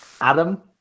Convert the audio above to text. Adam